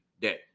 day